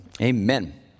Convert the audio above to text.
amen